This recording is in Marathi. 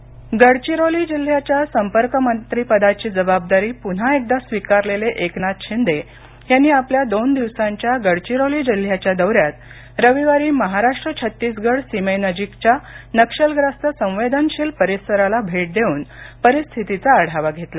एकनाथ शिंदे गडचिरोली जिल्ह्याच्या संपर्कमंत्रीपदाची जबाबदारी पुन्हा एकदा स्वीकारलेले एकनाथ शिंदे यांनी आपल्या दोन दिवसांच्या गडचिरोली जिल्ह्याच्या दौऱ्यात रविवारी महाराष्ट्र छत्तीसगड सीमेनजीकच्या नक्षलग्रस्त संवेदनशील परिसराला भेट देऊन परिस्थितीचा आढावा घेतला